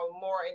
more